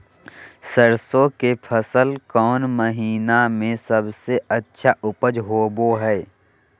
सरसों के फसल कौन महीना में सबसे अच्छा उपज होबो हय?